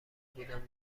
بودم